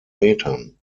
metern